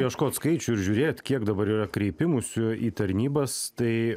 ieškot skaičių ir žiūrėt kiek dabar yra kreipimųsių į tarnybas tai